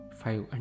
five